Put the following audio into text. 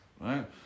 right